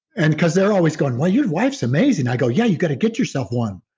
and because they're always going, well, your wife's amazing. i go, yeah, you got to get yourself one.